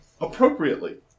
appropriately